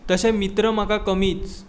तशे मित्र म्हाका कमीच